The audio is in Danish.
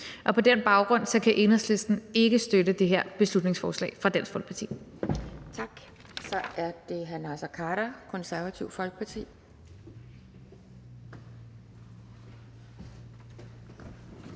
På den baggrund kan Enhedslisten ikke støtte det her beslutningsforslag fra Dansk Folkeparti.